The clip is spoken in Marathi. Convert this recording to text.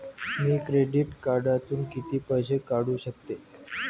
मी क्रेडिट कार्डातून किती पैसे काढू शकतो?